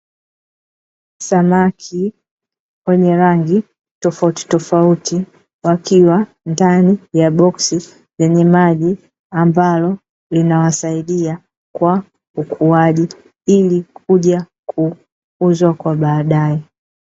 Samaki wenye rangi tofautitofauti wakiwa ndani ya boksi lenye maji ambalo linawasaidia kwa ukuaji ili kuja kuuzwa kwa baadae.